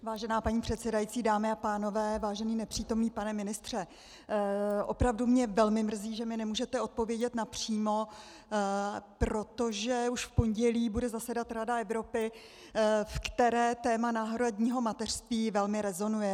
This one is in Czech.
Vážená paní předsedající, dámy a pánové, vážený nepřítomný pane ministře, opravdu mě velmi mrzí, že mi nemůžete odpovědět napřímo, protože už v pondělí bude zasedat Rada Evropy, v které téma náhradního mateřství velmi rezonuje.